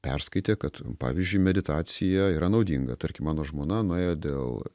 perskaitė kad pavyzdžiui meditacija yra naudinga tarkim mano žmona nuėjo dėl